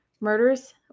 Murders